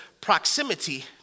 proximity